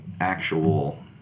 actual